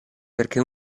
perché